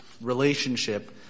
relationship